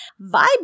vibe